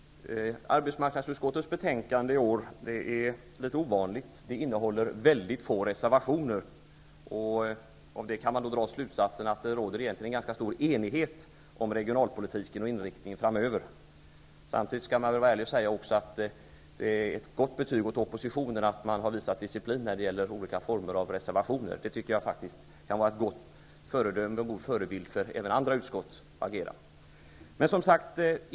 Fru talman! Arbetsmarknadsutskottets regionalpolitiska betänkande är i år litet ovanligt. Det innehåller väldigt få reservationer. Av det kan man dra slutsatsen att det egentligen råder ganska bred enighet om regionalpolitiken och om inriktningen framöver. Samtidigt skall man väl vara ärlig och även säga att det är ett gott betyg åt oppositionen att man har visat disciplin när det gäller olika former av reservationer. Det tycker jag faktiskt kan var ett gott föredöme och en förebild även för andra utskotts agerande.